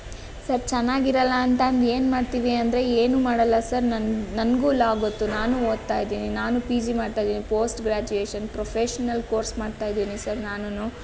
sir ಚೆನ್ನಾಗಿರಲ್ಲ ಅಂತ ಅಂದು ಏನ್ಮಾಡ್ತೀವಿ ಅಂದರೆ ಏನೂ ಮಾಡಲ್ಲ ಸರ್ ನನಗೆ ನನಗೂ ಲಾ ಗೊತ್ತು ನಾನೂ ಓದ್ತಾ ಇದ್ದೀನಿ ನಾನೂ ಪಿ ಜಿ ಮಾಡ್ತಾ ಇದ್ದೀನಿ ಪೋಸ್ಟ್ ಗ್ರಾಜ್ಯುವೇಶನ್ ಪ್ರೊಫೆಶನಲ್ ಕೋರ್ಸ್ ಮಾಡ್ತಾ ಇದ್ದೀನಿ ಸರ್ ನಾನೂ